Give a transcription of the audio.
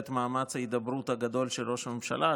מאמץ ההידברות הגדול של ראש הממשלה,